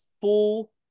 full